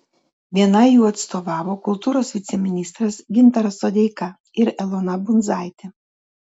vienai jų atstovavo kultūros viceministras gintaras sodeika ir elona bundzaitė